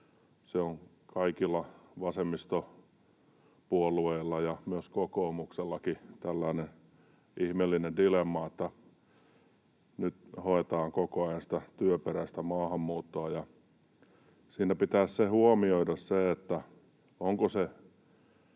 Se on kaikilla vasemmistopuolueilla ja myös kokoomuksella tällainen ihmeellinen dilemma, että nyt hoetaan koko ajan sitä työperäistä maahanmuuttoa. Siinä pitäisi huomioida se, onko se